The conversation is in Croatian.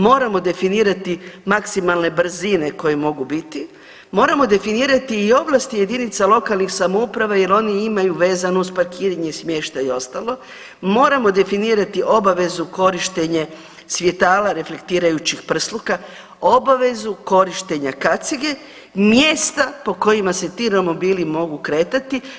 Moramo definirati maksimalne brzine koje moraju biti, moramo definirati i ovlasti jedinica lokalnih samouprava jer oni imaju vezano uz parkiranje smještaj i ostalo, moramo definirati obavezu korištenja svjetala reflektirajućih prsluka, obavezu korištenja kacige, mjesta po kojima se ti romobili mogu kretati.